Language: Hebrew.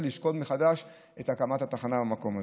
לשקול מחדש את הקמת התחנה במקום הזה,